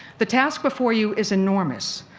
the task before you is enormous.